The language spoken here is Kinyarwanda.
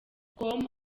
com